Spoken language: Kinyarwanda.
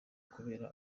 kubera